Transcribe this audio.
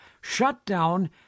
shutdown